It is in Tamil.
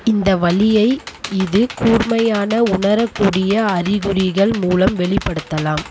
இந்த வலியைக் இது கூர்மையான உணரக்கூடிய அறிகுறிகள் மூலம் வெளிப்படுத்தலாம்